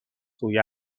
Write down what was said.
سوی